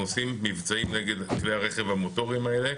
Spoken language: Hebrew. עושים מבצעים נגד כלי הרכב המוטוריים האלה,